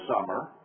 summer